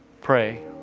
Pray